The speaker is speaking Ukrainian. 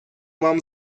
вам